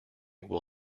will